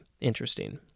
interesting